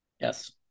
Yes